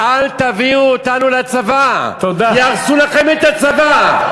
אל תביאו אותנו לצבא, יהרסו לכם את הצבא.